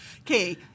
Okay